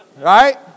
Right